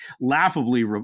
laughably